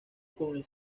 con